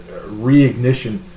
reignition